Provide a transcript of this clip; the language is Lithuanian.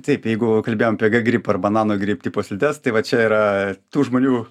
taip jeigu kalbėjom apie ggrip arba nanogrip tipo slides tai va čia yra tų žmonių